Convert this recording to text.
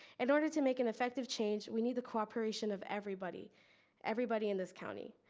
in order to make an effective change, we need the cooperation of everybody everybody in this county,